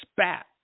spat